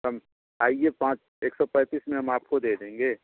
कम आइए पाँच एक सौ पैंतीस में हम आपको दे देंगे